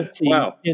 Wow